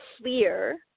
clear